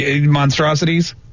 monstrosities